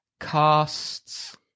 casts